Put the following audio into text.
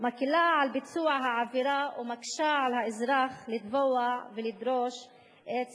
מקלה את ביצוע העבירה ומקשה על האזרח לתבוע ולדרוש את זכויותיו.